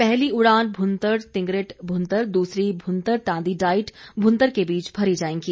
पहली उड़ान भूंतर तिगरेट भूंतर दूसरी भूंतर तांदी डाईट भूंतर के बीच भरी जाएंगी